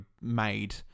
made